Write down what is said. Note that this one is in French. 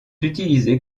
utilisés